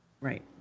Right